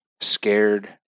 scared